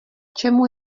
čemu